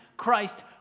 Christ